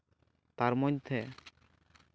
ᱛᱟᱨ ᱢᱚᱫᱽᱫᱷᱮ